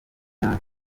nabi